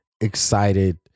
excited